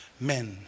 Men